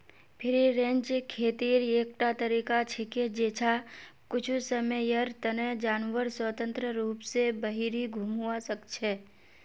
free range खेतीर एकटा तरीका छिके जैछा कुछू समयर तने जानवर स्वतंत्र रूप स बहिरी घूमवा सख छ